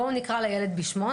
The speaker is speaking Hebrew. בואו נקרא לילד בשמו,